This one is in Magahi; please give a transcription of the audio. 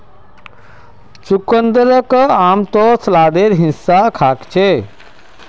चुकंदरक आमतौरत सलादेर हिस्सा खा छेक